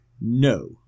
No